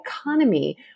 economy